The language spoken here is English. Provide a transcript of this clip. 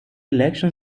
election